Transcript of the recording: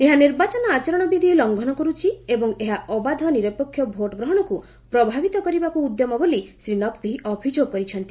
ଏହା ନିର୍ବାଚନ ଆଚରଣ ବିଧ୍ୟ ଲଘଂନ କରିଛି ଏବଂ ଏହା ଅବାଧ ନିରପେକ୍ଷ ଭୋଟ ଗ୍ରହଣକ୍ ପ୍ରଭାବିତ କରିବାକ୍ ଉଦ୍ୟମ ବୋଲି ଶ୍ରୀ ନକ୍ଭି ଅଭିଯୋଗ କରିଛନ୍ତି